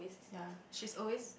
ya she's always